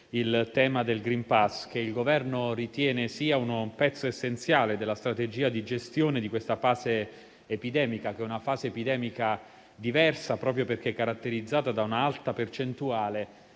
il tema del *green pass* che il Governo ritiene essere un pezzo essenziale della strategia di gestione di questa fase epidemica, che è diversa proprio perché caratterizzata da un'alta percentuale